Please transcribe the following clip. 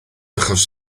achos